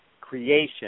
creation